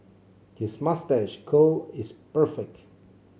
his moustache curl is perfect